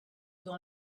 dans